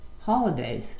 holidays